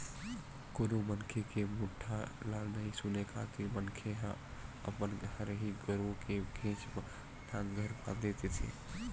कोनो मनखे के मोठ्ठा ल नइ सुने खातिर मनखे ह अपन हरही गरुवा के घेंच म लांहगर बांधे देथे